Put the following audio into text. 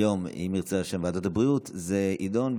היום, אם ירצה השם, ועדת הבריאות, זה יידון.